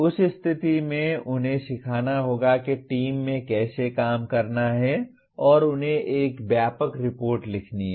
उस स्थिति में उन्हें सीखना होगा कि टीम में कैसे काम करना है और उन्हें एक व्यापक रिपोर्ट लिखनी है